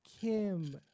kim